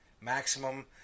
Maximum